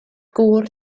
gŵr